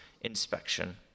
inspection